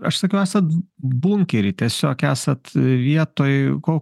aš sakiau esat bunkery tiesiog esat vietoj ko